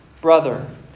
brother